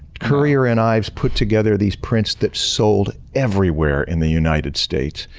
currier and ives put together these prints that sold everywhere in the united states.